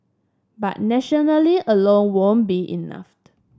but alone won't be enough